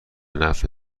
نفع